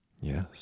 Yes